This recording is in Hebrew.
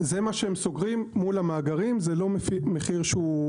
זה מה שהם סוגרים מול המאגרים, זה לא מחיר שהוא.